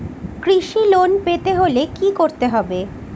কৃষি লোন পেতে হলে কি করতে হবে?